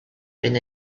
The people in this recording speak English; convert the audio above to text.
been